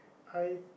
I